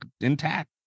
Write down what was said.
intact